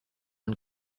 and